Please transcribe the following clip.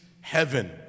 heaven